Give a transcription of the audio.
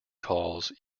calls